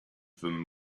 them